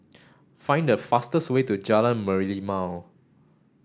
find the fastest way to Jalan Merlimau